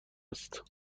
است